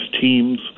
Teams